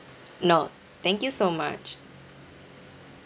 no thank you so much